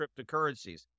cryptocurrencies